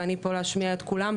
ואני פה להשמיע את קולם,